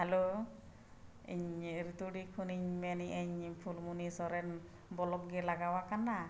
hello ᱤᱧ ᱨᱤᱛᱩᱰᱤ ᱠᱷᱚᱱᱤᱧ ᱢᱮᱱᱮᱜ ᱟᱹᱧ ᱯᱷᱩᱞᱢᱩᱱᱤ ᱥᱚᱨᱮᱱ ᱵᱞᱚᱠ ᱜᱮ ᱞᱟᱜᱟᱣᱟᱠᱟᱱᱟ